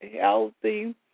healthy